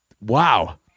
wow